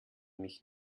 mich